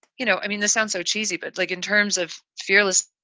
you know, i mean, this sounds so cheesy, but like in terms of fearless.